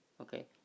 okay